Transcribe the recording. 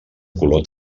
color